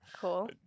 cool